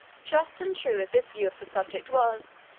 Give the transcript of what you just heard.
just and true as this view of the subject was,